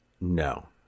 No